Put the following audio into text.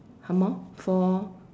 some more four